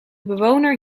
bewoner